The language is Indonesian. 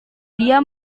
dia